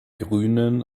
grünen